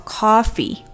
coffee